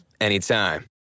anytime